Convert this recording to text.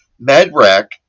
MedRec